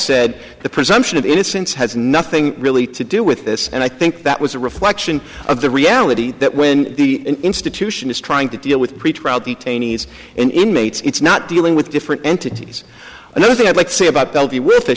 said the presumption of innocence has nothing really to do with this and i think that was a refer action of the reality that when the institution is trying to deal with pretrial detainees and inmates it's not dealing with different entities another thing i'd like to say about bellevue with